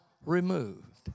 removed